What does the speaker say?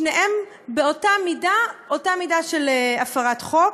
בשניהם אותה מידה של הפרת חוק,